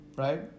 Right